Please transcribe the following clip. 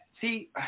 See